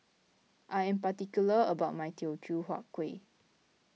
I am particular about my Teochew Huat Kuih